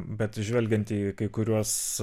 bet žvelgiant į kai kuriuos